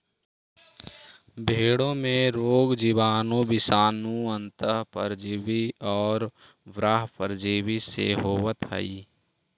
भेंड़ों में रोग जीवाणु, विषाणु, अन्तः परजीवी और बाह्य परजीवी से होवत हई